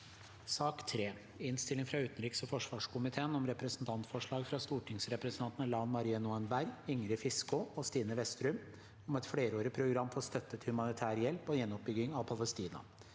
Innstilling fra utenriks- og forsvarskomiteen om Representantforslag fra stortingsrepresentantene Lan Marie Nguyen Berg, Ingrid Fiskaa og Stine Westrum om et flerårig program for støtte til humanitær hjelp og gjen- oppbygging av Palestina